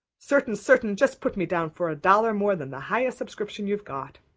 certain, certain. just put me down for a dollar more than the highest subscription you've got.